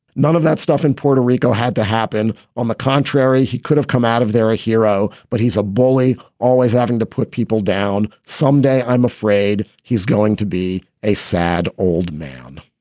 none of that stuff in puerto rico had to happen. on the contrary, he could have come out of there a hero, but he's a bully, always having to put people down someday. i'm afraid he's going to be a sad old man